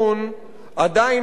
עדיין לא חלחל